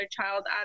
child